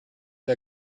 der